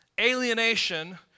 alienation